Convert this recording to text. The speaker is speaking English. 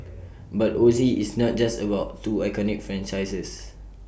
but Oz is not just about two iconic franchises